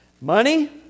Money